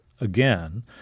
again